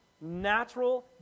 Natural